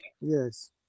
yes